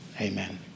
amen